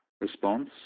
response